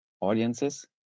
audiences